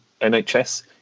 NHS